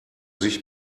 sich